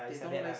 it's like that lah